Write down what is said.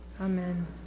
Amen